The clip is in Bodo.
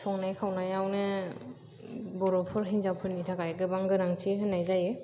संनाय खावनाइयावनो बर'फोर हिन्जावफोरनि थाखाय गोबां गोनांथि होननाय जायो